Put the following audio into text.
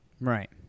Right